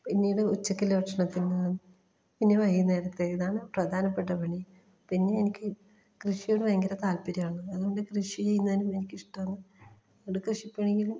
പിന്നീട് ഉച്ചക്കുള്ള ഭക്ഷണത്തിൻ്റതാണ് ഇനി വൈകുന്നേരത്തെ ഇതാണ് പ്രധാനപ്പെട്ട പണി പിന്നെ എനിക്ക് കൃഷിയോട് ഭയങ്കര താൽപ്പര്യമാണ് അതുകൊണ്ട് കൃഷിയെന്ന് പറഞ്ഞാൽ എനിക്കിഷ്ടമാണ് കൊണ്ട് കൃഷിപ്പണിയും